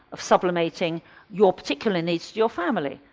of sublimating your particular needs to your family,